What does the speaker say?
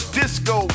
disco